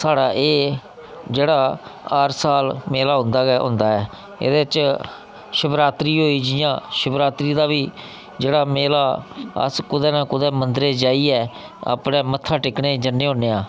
साढ़ा एह् जेह्ड़ा हर साल मेला होंदा गै होंदा ऐ एह्दे च शिवरात्री होई जि'यां शिवरात्रि होई जियां जेह्ड़ा मेलला अस कुदै ना कुदै मंदरै ई जाइयै अपने मत्था टेक्कने गी जन्ने होने आं